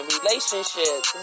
relationships